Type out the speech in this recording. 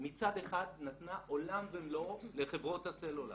מצד אחד נתנה עולם ומלואו לחברות הסלולר.